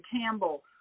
Campbell